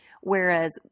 Whereas